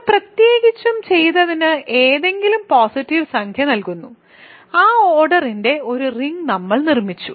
നമ്മൾ പ്രത്യേകിച്ചും ചെയ്തതിന് ഏതെങ്കിലും പോസിറ്റീവ് സംഖ്യ നൽകുന്നു ആ ഓർഡറിന്റെ ഒരു റിങ് നമ്മൾ നിർമ്മിച്ചു